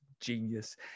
genius